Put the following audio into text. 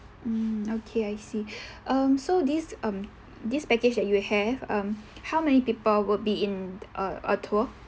mm okay I see um so this um this package that you have um how many people would be in a a tour